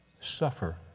suffer